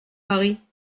paris